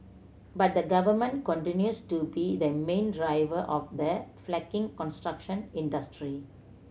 but the Government continues to be the main driver of the flagging construction industry